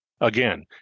Again